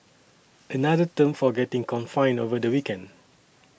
another term for getting confined over the weekend